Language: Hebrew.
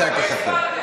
אתם לא רציתם על מלא.